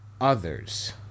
others